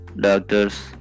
doctors